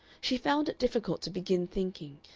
she found it difficult to begin thinking,